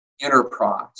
enterprise